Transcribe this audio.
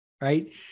right